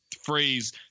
phrase